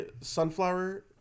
sunflower